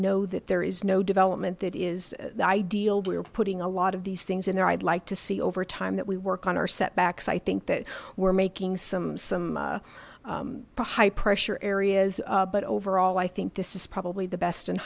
know that there is no development that is ideal but you're putting a lot of these things in there i'd like to see over time that we work on our setbacks i think that we're making some some high pressure areas but overall i think this is probably the best and